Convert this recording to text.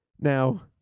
now